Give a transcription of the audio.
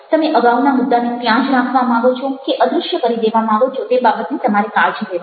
તમે અગાઉના મુદ્દાને ત્યાં જ રાખવા માંગો છો કે અદ્રશ્ય કરી દેવા માગો છો તે બાબતની તમારે કાળજી લેવાની છે